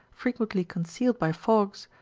frequently concealed by fogs,